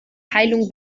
heilung